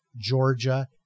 Georgia